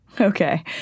Okay